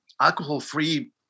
alcohol-free